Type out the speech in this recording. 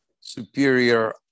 superior